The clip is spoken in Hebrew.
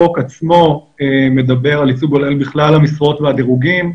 החוק עצמו מדבר על ייצוג הולם בכלל המשרות והדירוגים,